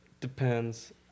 Depends